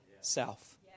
self